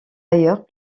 ailleurs